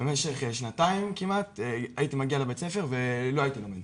במשך שנתיים כמעט הייתי מגיע לבית הספר ולא הייתי לומד.